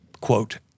quote